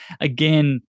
again